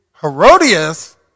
Herodias